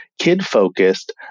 kid-focused